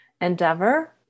endeavor